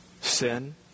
sin